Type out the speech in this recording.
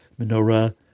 menorah